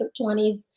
20s